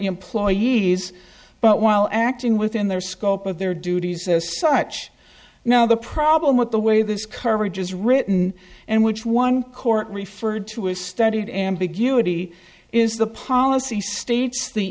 employees but while acting within their scope of their duties as such now the problem with the way this coverage is written and which one court referred to was studied ambiguity is the policy states the